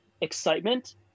excitement